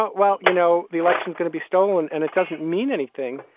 but well, you know, the election's going to be stolen and it doesn't mean anything.